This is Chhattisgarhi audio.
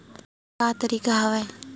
के का तरीका हवय?